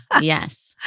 Yes